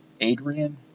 Adrian